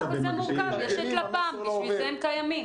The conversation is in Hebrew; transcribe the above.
זה מורכב, יש את לפ"מ, בשביל זה הם קיימים.